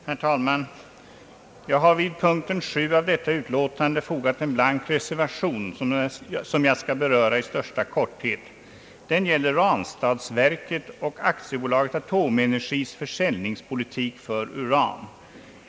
Herr talman! Jag har vid punkten 7 i statsutskottets förevarande utlåtande fogat en blank reservation som jag i största korthet skall beröra. Den gäller Ranstadsverket och AB Atomenergis försäljningspolitik beträffande uran.